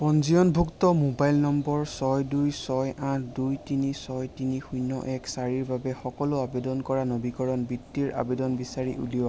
পঞ্জীয়নভূক্ত mobile number ছয় দুই ছয় আঠ দুই তিনি ছয় তিনি শূন্য এক চাৰিৰ বাবে সকলো আবেদন কৰা নবীকৰণ বৃত্তিৰ আবেদন বিচাৰি উলিওৱা